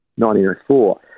1904